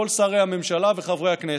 כל שרי הממשלה וחברי הכנסת.